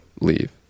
leave